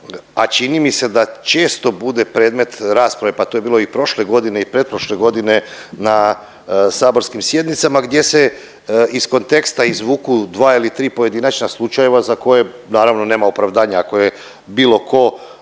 a čini mi se da često bude predmet rasprave pa to je bilo i prošle godine i pretprošle godine na saborskim sjednicama gdje se iz konteksta izvuku dva ili tri pojedinačna slučajeva za koje naravno nema opravdanja. Ako je bilo tko